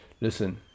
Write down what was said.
Listen